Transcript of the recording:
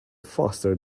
faster